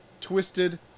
Twisted